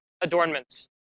adornments